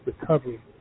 recovery